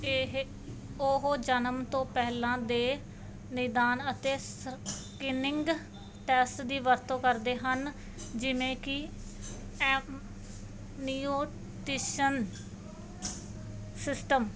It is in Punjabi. ਇਹ ਉਹ ਜਨਮ ਤੋਂ ਪਹਿਲਾਂ ਦੇ ਨਿਦਾਨ ਅਤੇ ਸਕ੍ਰੀਨਿੰਗ ਟੈਸਟ ਦੀ ਵਰਤੋਂ ਕਰਦੇ ਹਨ ਜਿਵੇਂ ਕਿ ਐਮ ਨੀਓਟੀਸ਼ਨ ਸਿਸਟਮ